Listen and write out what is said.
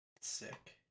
Sick